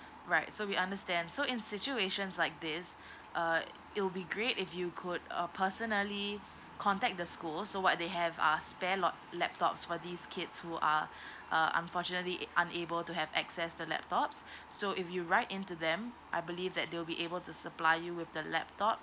right so we understand so in situation like this uh it will be great if you could uh personally contact the schools so what they have uh spare lap~ laptops for these kids who are uh unfortunately unable to have access the laptops so if you write in to them I believe that they will be able to supply you with the laptop